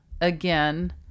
again